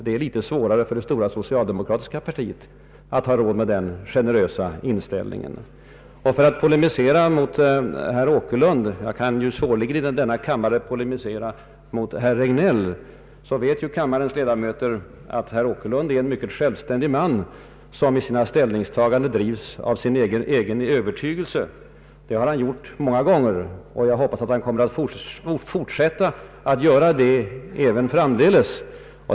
Det är tydligen svårare för det stora socialdemokratiska partiet att ha en så generös inställning. För att polemisera mot herr Åkerlund — jag kan ju svårligen i denna kammare polemisera mot herr Regnéll — vill jag säga att kammarens ledamöter ju vet att herr Åkerlund är en mycket självständig man, som i sina ställningstaganden drivs av sin egen övertygelse. Det har han gjort många gånger. Jag hoppas att han kommer ait fortsätta att göra det även framdeles.